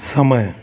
समय